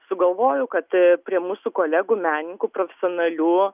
sugalvojo kad prie mūsų kolegų menininkų profesionalių